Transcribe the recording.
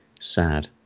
sad